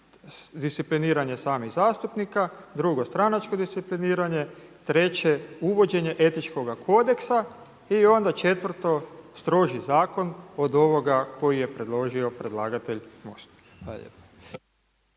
discipliniranost samih zastupnika, drugo stranačko discipliniranje, treće uvođenje etičkog kodeksa i onda četvrto stroži zakon od ovoga koji je predložio predlagatelj MOST.